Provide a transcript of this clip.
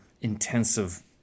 intensive